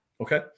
Okay